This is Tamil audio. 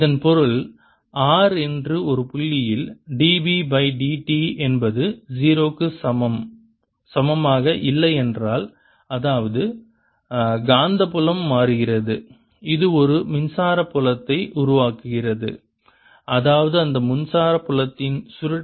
இதன் பொருள் r என்று ஒரு புள்ளியில் dB பை dt என்பது 0 க்கு சமமாக இல்லை என்றால் அதாவது காந்தப்புலம் மாறுகிறது இது ஒரு மின்சார புலத்தை உருவாக்குகிறது அதாவது அந்த மின்சார புலத்தின் சுருட்டை dB பை dt க்கு சமம்